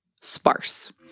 sparse